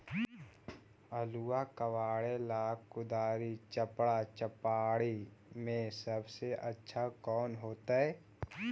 आलुआ कबारेला कुदारी, चपरा, चपारी में से सबसे अच्छा कौन होतई?